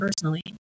personally